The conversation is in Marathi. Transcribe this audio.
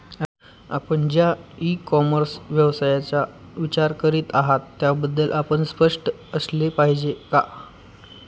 आपण ज्या इ कॉमर्स व्यवसायाचा विचार करीत आहात त्याबद्दल आपण स्पष्ट असले पाहिजे का?